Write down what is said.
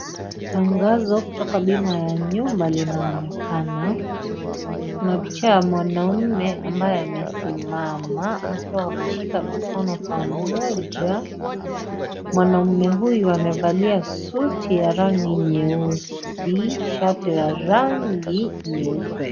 Tangazo kutoka bima ya nyumba linaonekana. Kuna picha ya mwanamme ambaye amesimama akiwa ameshika mikono pamoja. Mwanaume huyu amevalia suti ya rangi nyeusi, shati la rangi nyeupe.